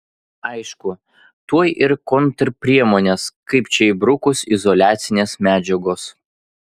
aišku tuoj ir kontrpriemonės kaip čia įbrukus izoliacinės medžiagos